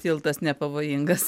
tiltas nepavojingas